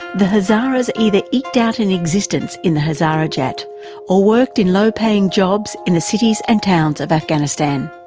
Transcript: the hazaras either eked out an existence in the hazarajat or worked in low paying jobs in the cities and towns of afghanistan.